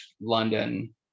London